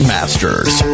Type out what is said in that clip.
Masters